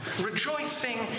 Rejoicing